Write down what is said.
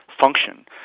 function